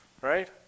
Right